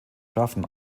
schaffen